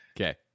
Okay